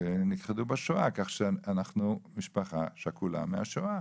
נכחדו בשואה, כך שאנחנו משפחה שכולה מהשואה